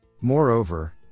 Moreover